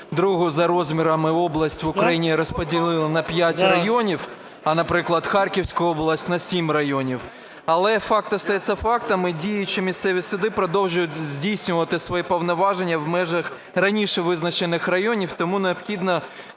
другу за розміром область в Україні, розподілили на 5 районів, а, наприклад, Харківську область на 7 районів. Але факт остається фактом, і діючі місцеві суди продовжують здійснювати своє повноваження в межах раніше визначених районів. Тому необхідно